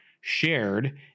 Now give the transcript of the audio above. shared